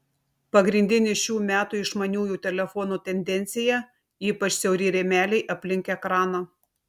pagrindinė šių metų išmaniųjų telefonų tendencija ypač siauri rėmeliai aplink ekraną